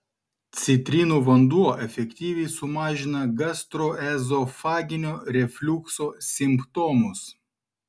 citrinų vanduo efektyviai sumažina gastroezofaginio refliukso simptomus